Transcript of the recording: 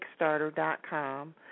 Kickstarter.com